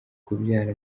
kubyara